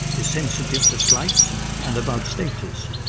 is sensitive to slights and about status.